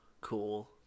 Cool